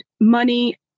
money